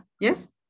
Yes